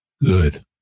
Good